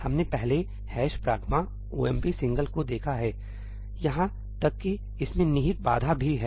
हमने पहले 'hash pragma omp single' को देखा हैसही है यहां तक कि इसमें निहित बाधा भी है